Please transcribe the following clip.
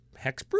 Hexproof